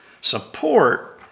support